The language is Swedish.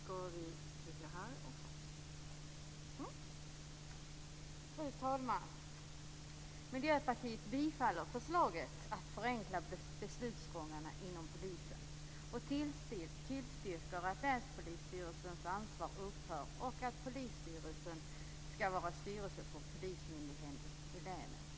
Fru talman! Miljöpartiet bifaller förslaget att förenkla beslutsgången inom polisen och tillstyrker att länspolisstyrelsens ansvar upphör och att polisstyrelsen skall vara styrelse för polismyndigheten i länet.